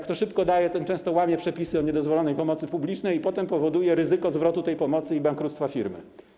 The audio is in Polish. Kto szybko daje, ten często łamie przepisy o niedozwolonej pomocy publicznej, potem powoduje ryzyko zwrotu tej pomocy i bankructwa firmy.